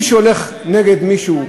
מי שהולך נגד מישהו,